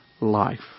life